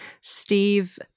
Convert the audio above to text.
Steve